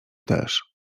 też